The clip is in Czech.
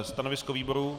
Stanovisko výboru?